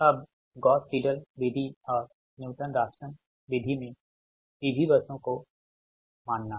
अब Gauss Seidel विधि और न्यू टन राफसन विधि में P V बसों का मानना